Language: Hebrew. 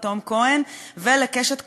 לתום כהן ולקשת קורן,